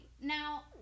Now